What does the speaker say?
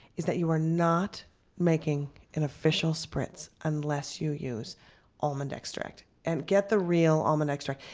is that you are not making an official spritz unless you use almond extract. and get the real almond extract.